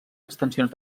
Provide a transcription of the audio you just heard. extensions